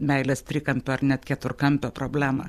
meilės trikampio ar net keturkampio problemą